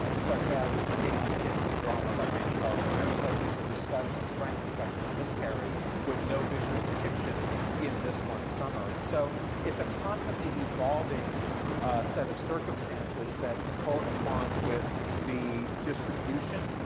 such as the chaste kiss in drama by raina telgemeier, such as the discussion, the frank discussion of miscarriage with no visual depiction in this one summer. and so it's a constantly evolving set of circumstances that corresponds with the distribution,